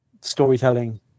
storytelling